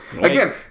Again